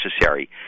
necessary